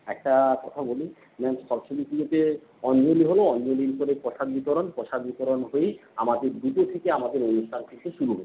একটা কথা বলি ম্যাম সরস্বতী পুজোতে অঞ্জলি হলো অঞ্জলির পরে প্রসাদ বিতরণ প্রসাদ বিতরণ হয়েই আমাদের দুটো থেকে আমাদের অনুষ্ঠান কিন্তু শুরু হচ্ছে